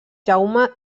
jaume